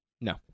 No